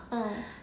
um